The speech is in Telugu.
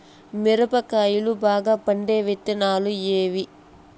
మిరప కాయలు బాగా పండే విత్తనాలు ఏవి